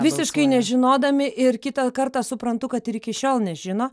visiškai nežinodami ir kitą kartą suprantu kad ir iki šiol nežino